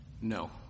no